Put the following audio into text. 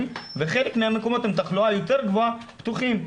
וחלק מהמקומות עם תחלואה יותר גבוהה פתוחים.